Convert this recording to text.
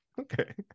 Okay